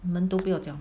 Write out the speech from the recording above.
门都不要讲